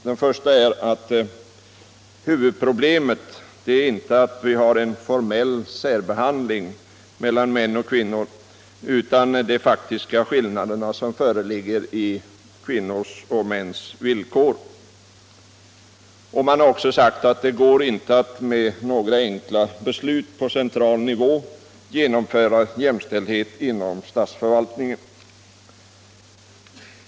Det första är att huvudproblemet inte är att vi har en formell särbehandling av kvinnor och män, utan att det föreligger faktiska skillnader i kvinnors och mäns villkor. Det andra är att det inte med några enkla beslut går att på central nivå genomföra jämställdhet inom statsförvaltningen.